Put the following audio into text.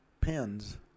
pins